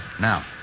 Now